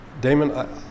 Damon